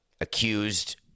accused